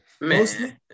Mostly